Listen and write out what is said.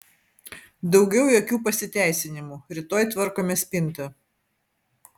daugiau jokių pasiteisinimų rytoj tvarkome spintą